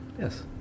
Yes